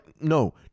no